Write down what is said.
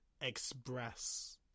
express